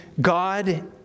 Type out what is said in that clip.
God